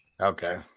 Okay